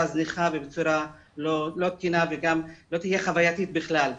זניחה ולא תקינה ולא תהיה חווייתית בכלל.